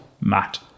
Matt